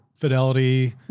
Fidelity